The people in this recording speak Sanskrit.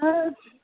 हा